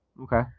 Okay